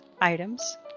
items